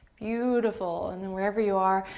beautiful. and then, wherever you are,